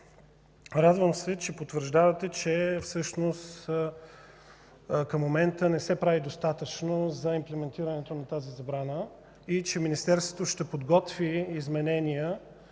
радвам се, че потвърждавате, че всъщност към момента не се прави достатъчно за имплементирането на тази забрана и че Министерството ще подготви изменения,